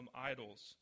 idols